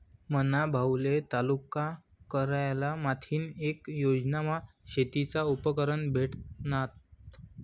मना भाऊले तालुका कारयालय माथीन येक योजनामा शेतीना उपकरणं भेटनात